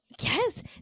yes